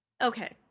Okay